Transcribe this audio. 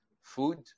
food